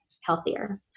healthier